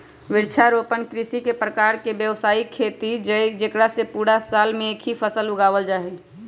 वृक्षारोपण कृषि एक प्रकार के व्यावसायिक खेती हई जेकरा में पूरा साल ला एक ही फसल उगावल जाहई